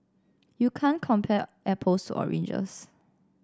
you can't compare apples to oranges